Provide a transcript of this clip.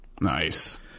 Nice